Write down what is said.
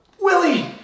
Willie